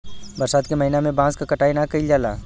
बरसात के महिना में बांस क कटाई ना कइल जाला